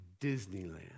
Disneyland